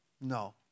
no